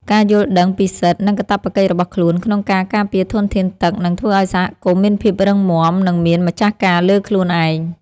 ការយល់ដឹងពីសិទ្ធិ និងកាតព្វកិច្ចរបស់ខ្លួនក្នុងការការពារធនធានទឹកនឹងធ្វើឱ្យសហគមន៍មានភាពរឹងមាំ និងមានម្ចាស់ការលើខ្លួនឯង។